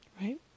right